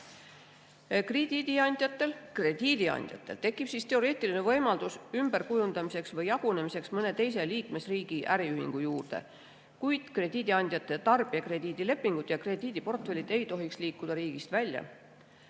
Krediidiandjatel tekib teoreetiline võimalus ümberkujundamiseks või jagunemiseks mõne teise liikmesriigi äriühingu juurde, kuid krediidiandjate tarbijakrediidilepingud ja krediidiportfellid ei tohiks liikuda riigist välja.